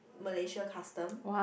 Malaysia custom